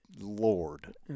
Lord